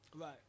Right